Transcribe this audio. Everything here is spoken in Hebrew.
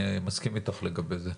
אני מסכים איתך לגבי זה.